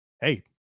Hey